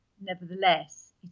nevertheless